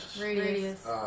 radius